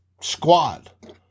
squad